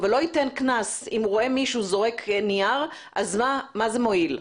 אבל לא ייתן קנס אם הוא רואה מישהו זורק נייר אז מה זה מועיל?